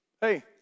hey